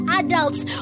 adults